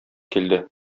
килде